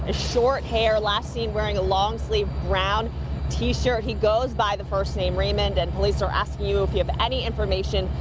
ah short hair, last seen wearing a long-sleeved brown tee shirt. he goes by the first name raymond and police are asking you, if you have information,